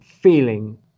feeling